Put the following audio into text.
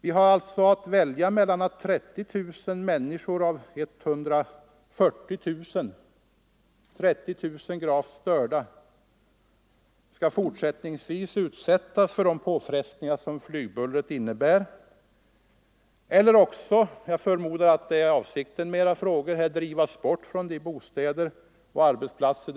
: Vi har alltså att välja mellan att 140 000 människor, varav 30 000 gravt störda, fortsättningsvis skall utsättas för de påfrestningar som flygbullret innebär eller också — jag förmodar att det är avsikten med era frågor —- drivas bort från sina bostäder och arbetsplatser.